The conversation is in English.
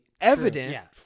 evident